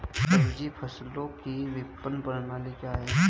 सब्जी फसलों की विपणन प्रणाली क्या है?